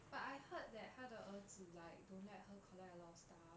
but I heard that 她的儿子 like don't let her collect a lot of stuff